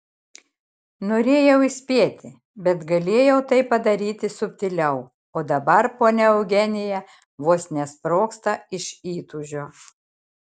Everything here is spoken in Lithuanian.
norėjau įspėti bet galėjau tai padaryti subtiliau o dabar ponia eugenija vos nesprogsta iš įtūžio